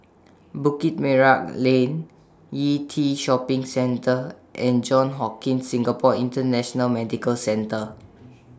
Bukit Merah Lane Yew Tee Shopping Centre and Johns Hopkins Singapore International Medical Centre